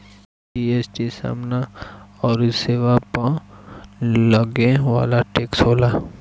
GST समाना अउरी सेवा पअ लगे वाला टेक्स होला